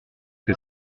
que